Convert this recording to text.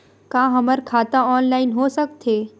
का हमर खाता ऑनलाइन हो सकथे?